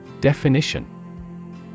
Definition